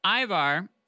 Ivar